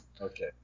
Okay